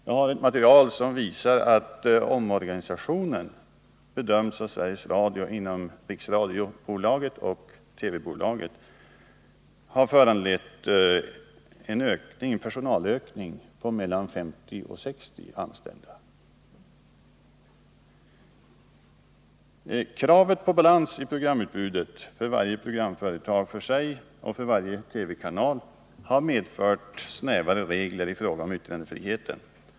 Jag har här ett material som visar att Sveriges Radio bedömer att omorganisationen har föranlett en personalökning inom riksradiobolaget och TV-bolaget med mellan 50 och 60 anställda. Kravet på balans i programutbudet för varje programföretag för sig och för varje TV-kanal har medfört snävare regler i fråga om yttrandefriheten.